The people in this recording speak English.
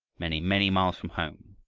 many, many miles from home